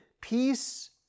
peace